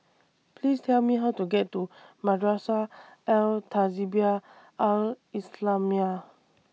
Please Tell Me How to get to Madrasah Al Tahzibiah Al Islamiah